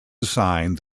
assigned